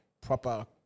proper